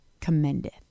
commendeth